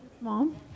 Mom